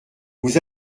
vous